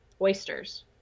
oysters